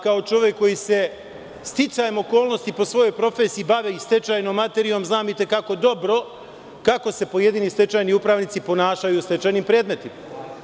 Kao čovek koji se, sticajem okolnosti, po svojoj profesiji bavio i stečajnom materijom, znam i te kako dobro kako se pojedini stečajni upravnici ponašaju u stečajnim predmetima.